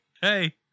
Hey